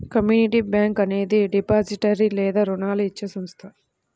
community bank అనేది depository లేదా రుణాలు ఇచ్చే సంస్థ